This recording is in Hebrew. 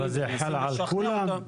אבל זה חל על כולם?